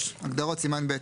הגדרות, סימן ב'